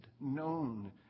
known